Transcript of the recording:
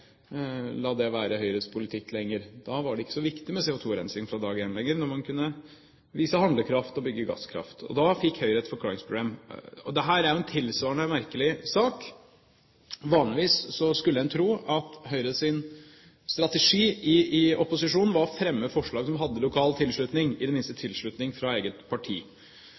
la det være Høyres politikk. Da var det ikke lenger så viktig med CO2-rensing fra dag én: når man kunne vise handlekraft og bygge gasskraft. Og da fikk Høyre et forklaringsproblem. Dette er en tilsvarende merkelig sak. Vanligvis skulle en tro at Høyres strategi i opposisjon var å fremme forslag som hadde lokal tilslutning, i det minste tilslutning fra eget parti.